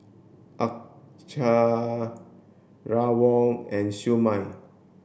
Acar Rawon and Siew Mai